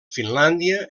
finlàndia